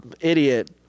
idiot